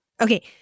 Okay